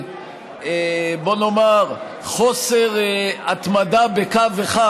בוא נאמר, חוסר התמדה בקו אחד: